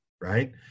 right